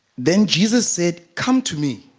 than jesus it come to me